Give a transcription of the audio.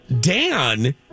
Dan